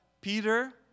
Peter